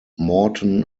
morton